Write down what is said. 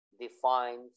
defines